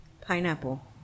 pineapple